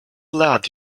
lad